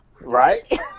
Right